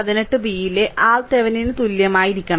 18 bയിലെ RThevenin ന് തുല്യമായിരിക്കണം